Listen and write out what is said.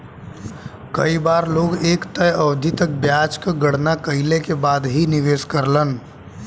कई बार लोग एक तय अवधि तक ब्याज क गणना कइले के बाद ही निवेश करलन